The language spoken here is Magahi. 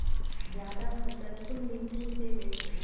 ज्यादा फसल कुन मिट्टी से बेचे?